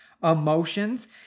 Emotions